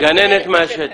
גננת מהשטח.